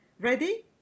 Ready